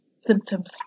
symptoms